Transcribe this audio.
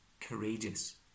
courageous